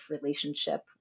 relationship